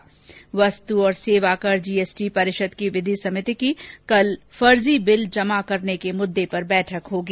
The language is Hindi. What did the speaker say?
्वस्तु और सेवाकर जीएसटी परिषद की विधि समिति की कल फर्जी बिल जमा करने के मुद्दे पर बैठक होगी